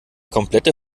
komplette